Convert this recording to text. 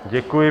Děkuji.